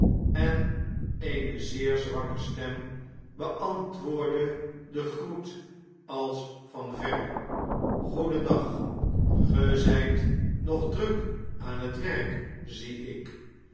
en eene zeer zwakke stem beantwoordde den groet als van verre groedendag ge zjjt nog druk aan t werk zie ik